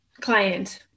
client